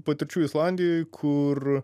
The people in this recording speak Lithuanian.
patirčių islandijoj kur